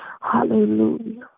Hallelujah